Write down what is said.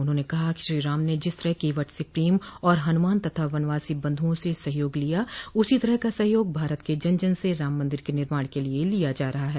उन्होंने कहा कि श्रीराम ने जिस तरह केवट से प्रेम और हनुमान तथा वनवासी बन्धुओं से सहयोग लिया उसी तरह का सहयोग भारत के जन जन से राम मन्दिर के निर्माण के लिए लिया जा रहा है